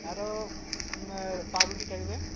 আরোও পাউরুটি থাকবে